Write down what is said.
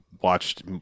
watched